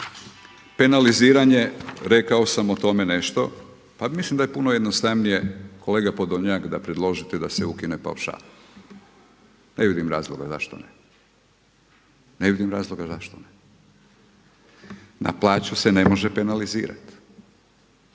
penaliziranje rekao sam o tom nešto, pa mislim da je puno jednostavnije kolega Podolnjak da predložite da se ukine paušal, ne vidim razloga zašto ne. Na plaću se ne može penalizirati.